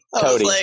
Cody